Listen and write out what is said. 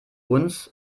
uns